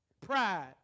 Pride